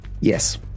Yes